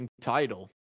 title